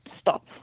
stop